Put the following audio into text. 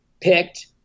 picked